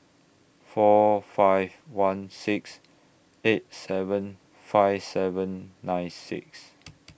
four five one six eight seven five seven nine six